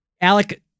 Alec